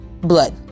Blood